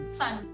sun